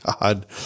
God